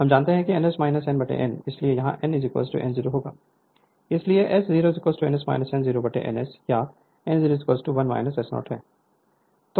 हम जानते हैं कि n S n n इसलिए यहाँ n n 0 होगा इसलिए S0 n S n 0 n S या n 0 1 S0 है